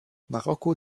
marokko